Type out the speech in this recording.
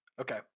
Okay